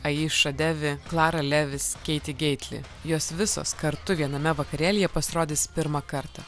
aiša devi klara levis keiti geitli jos visos kartu viename vakarėlyje pasirodys pirmą kartą